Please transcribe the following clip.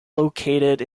located